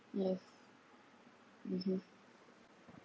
yes mmhmm